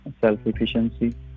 self-efficiency